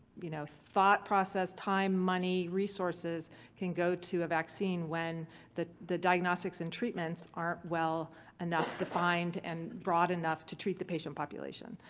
you know, thought process, time, money, resources can go to a vaccine when the the diagnostics and treatments aren't well enough defined and broad enough to treat the patient population?